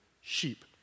sheep